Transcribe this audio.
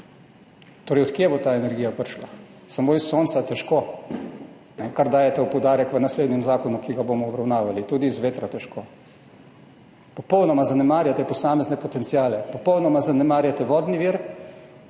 Torej, od kje bo prišla ta energija? Samo iz sonca težko, kar dajete v poudarek v naslednjem zakonu, ki ga bomo obravnavali, tudi iz vetra težko. Popolnoma zanemarjate posamezne potenciale, popolnoma zanemarjate vodni vir